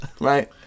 Right